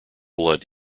blood